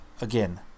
Again